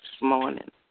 morning